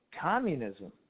communism